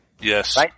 Yes